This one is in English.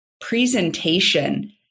presentation